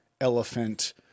elephant